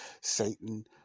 Satan